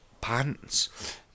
pants